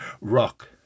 rock